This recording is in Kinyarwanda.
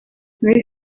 muri